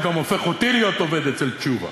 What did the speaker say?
הוא גם הופך אותי להיות עובד אצל תשובה.